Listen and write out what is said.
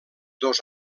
dos